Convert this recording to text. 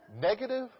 negative